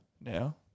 now